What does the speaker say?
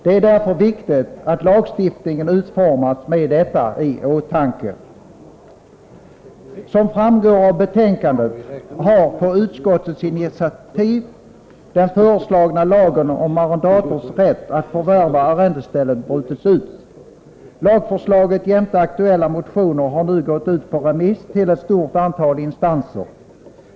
Det är därför viktigt att lagstiftningen utformas med detta i åtanke. Som framgår av betänkandet har på utskottets initiativ den föreslagna lagen om arrendatorers rätt att förvärva arrendeställe brutits ut. Lagförslaget jämte aktuella motioner har nu gått ut på remiss till ett stort antal instanser.